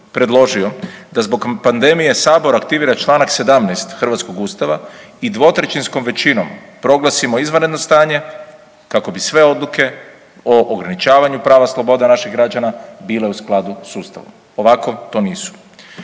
da zbog pandemije sabor aktivira čl. 17. hrvatskog ustava i dvotrećinskom većinom proglasimo izvanredno stanje kako bi sve odluke o ograničavanju prava sloboda naših građana bile u skladu s ustavom, ovako to nisu.